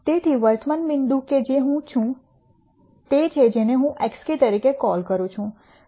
તેથી વર્તમાન બિંદુ કે જે હું છું તે છે જેને હું xk તરીકે કોલ કરું છું